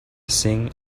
sing